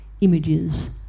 images